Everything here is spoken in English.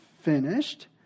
finished